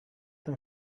them